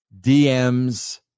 DMs